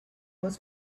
was